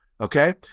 Okay